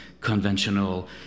conventional